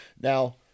Now